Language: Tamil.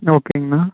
ஓகேங்கண்ணா